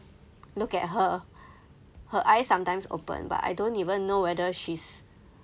look at her her eyes sometimes open but I don't even know whether she's